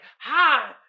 Hi